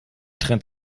trennt